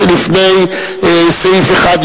חיים אורון ואילן גילאון לפני סעיף 1,